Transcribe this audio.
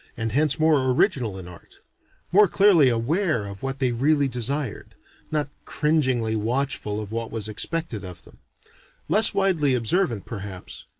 and hence more original in art more clearly aware of what they really desired not cringingly watchful of what was expected of them less widely observant perhaps,